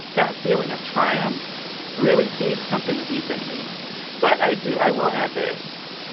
that feeling of triumph really feeds something deep in me but i do i will add this.